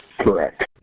Correct